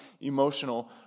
emotional